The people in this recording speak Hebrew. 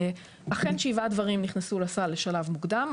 אכן שבעה דברים נכנסו לסל לשלב מוקדם,